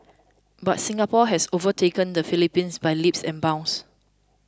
but Singapore has overtaken the Philippines by leaps and bounds